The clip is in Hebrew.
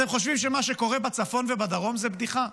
אתם חושבים שמה שקורה בצפון ובדרום זה בדיחה?